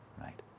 right